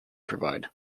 provide